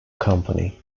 company